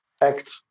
act